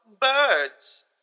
birds